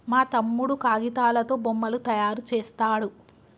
మా తమ్ముడు కాగితాలతో బొమ్మలు తయారు చేస్తాడు